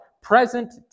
present